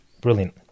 Brilliant